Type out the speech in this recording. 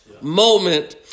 moment